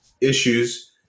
issues